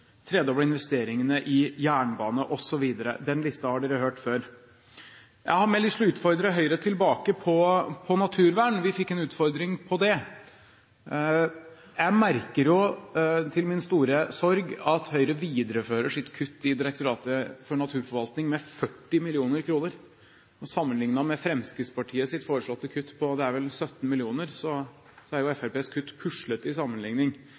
investeringene i jernbane osv. Den listen har dere hørt før. Jeg har mer lyst til å utfordre Høyre tilbake på naturvern – vi fikk en utfordring på det. Jeg merker til min store sorg at Høyre viderefører sitt kutt i Direktoratet for naturforvaltning med 40 mill. kr. Fremskrittspartiets foreslåtte kutt på 17 mill. kr, er det vel, er